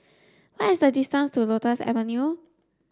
what is the distance to Lotus Avenue